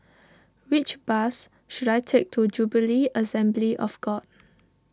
which bus should I take to Jubilee Assembly of God